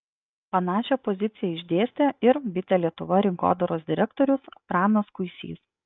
panašią poziciją išdėstė ir bitė lietuva rinkodaros direktorius pranas kuisys